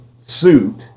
suit